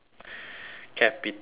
capitalism